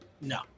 No